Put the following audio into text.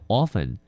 often